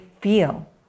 feel